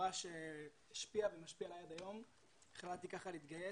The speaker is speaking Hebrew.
מאורע שהשפיע ומשפיע עלי עד היום, החלטתי להתגייס.